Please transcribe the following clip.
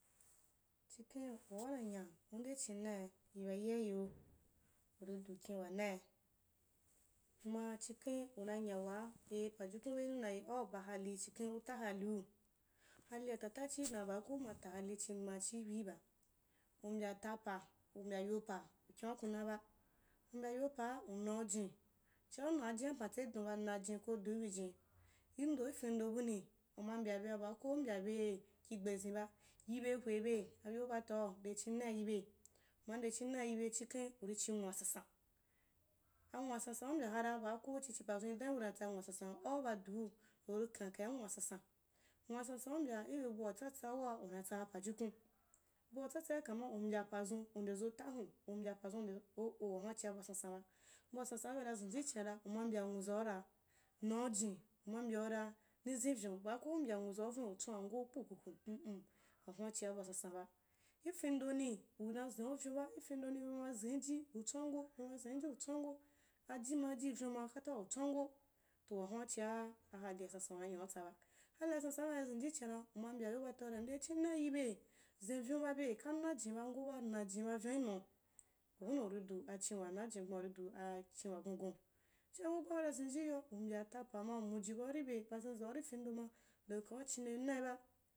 Chikhen waa unanya u nde chi nai yi ba lyayru, uri du kin wanai, kuma chikhen una nya waa eh pajukan beyinu dan eh au ba hali chikhan uta haliu, halia tata chii dan b’aa ko umata hali chingban chii buiba, u mbya ta pa u mbya yo pa, ukayan’uku na ba, u mbya yo paa u naujin, chi’a unaa jina pantsedunba, naijin ko diu bi jin, indo ifendo buni, uma mbya bea baa ko a mbyabei, kigbezenba, yiba hwebe, ayo baa tau ndi chinnai yibe, uma nde chinnai yi be’a chikhen uri chi nwua sansan anwua sansan’a u mbya haka baa ko chichi pa zuni dan yiu dan tsa nwua, sansanba, au ba diu, uri khan kai nwaa sansan, nwaua sansan’a u mbya lbe bua tsatsau waa unatsaba pajukan, bua tsatsa, kama u mbya pazun u udezo tahun u mbya pazu oo wahun’a chia bua sansanba, abua sansan bena zenji ichin’ara uma mbya nwazaura, naujin, uma mbyaura ni’ zenuyon, baa ko u mbya nwuzau vin utswango kpukpu mm wahun’a chia bua sansan ba, lkendoni una zen’uvyoaba, ikendoni bema zeniji utswa ngo bema zeniji utswango, aji ma jiiuyonma kata utswango, tou wahun’a chia ahalia sansan unanyautsa ba ahalia sansan’a bena zenji ichin’ara, uwia mbya yo ba ataura ndechin hai yibe, zzenvyou ba be, ka najin ba ugoba, najin ba vyon’inu, hunnu uridu achiin wanajinni, kuma uri du aackin wagungun, chia ko bena zenji iya, u mbya taa pama u muji bau ribei, bazezaa ki rendo mai u ndekaa chinbe naib a